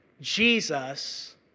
Jesus